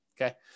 Okay